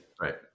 Right